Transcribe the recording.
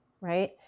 right